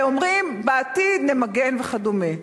ואומרים, בעתיד נמגן וכדומה.